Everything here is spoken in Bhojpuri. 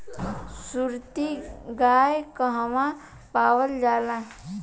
सुरती गाय कहवा पावल जाला?